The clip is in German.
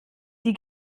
die